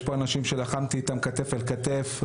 יש פה אנשים שלחמתי איתם כתף אל כתף.